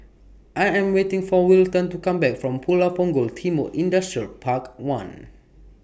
I Am waiting For Wilton to Come Back from Pulau Punggol Timor Industrial Park one